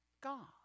God